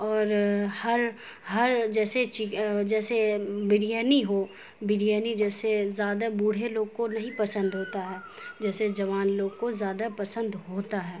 اور ہر ہر جیسے جیسے بریانی ہو بریانی جیسے زیادہ بوڑھے لوگ کو نہیں پسند ہوتا ہے جیسے جوان لوگ کو زیادہ پسند ہوتا ہے